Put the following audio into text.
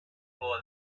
por